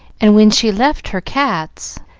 and when she left her cats,